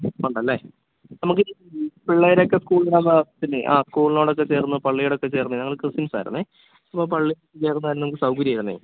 ഉണ്ടല്ലേ നമുക്ക് പിള്ളേരെയൊക്കെ സ്കൂളിൽ വിടാൻ പാകത്തിനേ ആ സ്കൂളിനോടക്കെ ചേർന്ന് പള്ളിയോടൊക്കെ ചേർന്ന് ഞങ്ങൾ ക്രിസ്ത്യൻസായിരുന്നേ അപ്പം പള്ളിയോട് ചേർന്നാൽ സൗകര്യമായിരുന്നേ